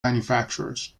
manufacturers